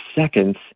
seconds